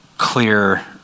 clear